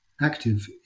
active